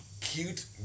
cute